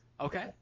Okay